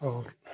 और